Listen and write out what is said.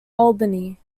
albany